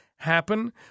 happen